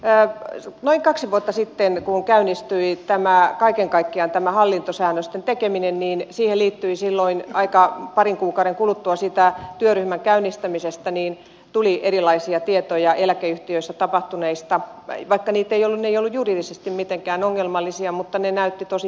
kun noin kaksi vuotta sitten käynnistyi kaiken kaikkiaan tämä hallintosäännösten tekeminen niin se liittyi silloin aika on parin kuukauden kuluttua siitä työryhmän käynnistämisestä tuli erilaisia tietoja eläkeyhtiöissä tapahtuneista asioista ja vaikka ne eivät olleet juridisesti mitenkään ongelmallisia niin ne näyttivät tosi pahalta